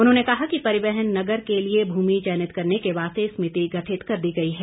उन्होंने कहा कि परिवहन नगर के लिए भूमि चयनित करने के वास्ते समिति गठित कर दी गई है